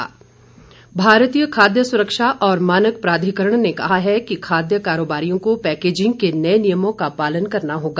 खाद्य सुरक्षा भारतीय खाद्य सुरक्षा और मानक प्राधिकरण ने कहा है कि खाद्य कारोबारियों को पैकेजिंग के नए नियमों का पालन करना होगा